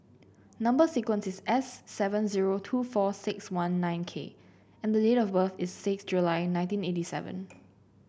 number sequence is S seven zero two four six one nine K and the date of birth is six July nineteen eighty seven